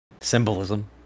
Symbolism